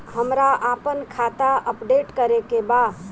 हमरा आपन खाता अपडेट करे के बा